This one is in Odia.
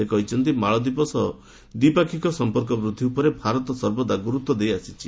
ସେ କହିଛନ୍ତି ମାଲଦୀପ ସହ ଦ୍ୱିପାକ୍ଷିକ ସଂପର୍କ ବୃଦ୍ଧି ଉପରେ ଭାରତ ସର୍ବଦା ଗୁରୁତ୍ୱ ଦେଇଆସିଛି